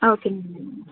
ఓకేనండి